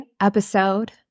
episode